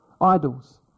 idols